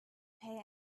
pay